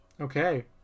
Okay